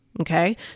Okay